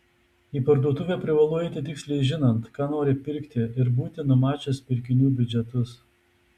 į parduotuvę privalu eiti tiksliai žinant ką nori pirkti ir būti numačius pirkinių biudžetus